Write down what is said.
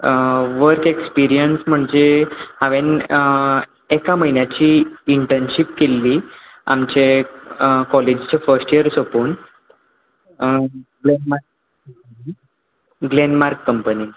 work experience म्हणजे हांवेन एका म्हयन्याची इंटर्नशीप केल्ली आमचें कॉलेजीचें फस्ट यियर सोंपून ग्लॅनमार्क कंपनीन